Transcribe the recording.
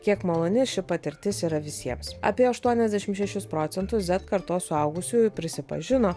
kiek maloni ši patirtis yra visiems apie aštuoniasdešim šešis procentus zet kartos suaugusiųjų prisipažino